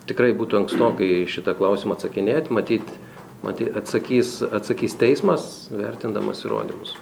tikrai būtų ankstoka į šitą klausimą atsakinėt matyt matyt atsakys atsakys teismas vertindamas įrodymus